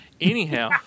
Anyhow